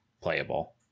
playable